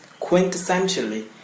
quintessentially